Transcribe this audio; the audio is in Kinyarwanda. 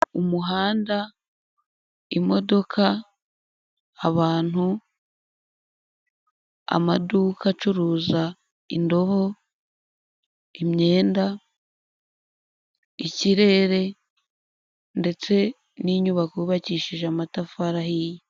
Umuhanda, imodoka, abantu, amaduka acuruza indobo, imyenda, ikirere ndetse n'inyubako yubakishije amatafari ahiye.